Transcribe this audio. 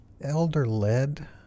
elder-led